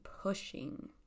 pushing